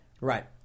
Right